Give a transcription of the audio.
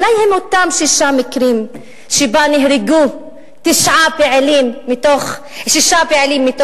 אולי הם אותם שישה מקרים שבהם נהרגו שישה פעילים מתוך התשעה?